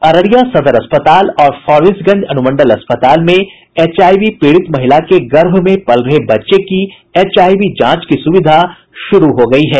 अररिया सदर अस्पताल और फारबिसगंज अनुमंडल अस्पताल में एचआईवी पीड़ित महिला के गर्भ में पल रहे बच्चे की एचआईवी जांच की सुविधा शुरू हो गयी है